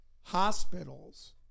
hospitals